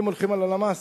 אם הולכים על הלמ"ס,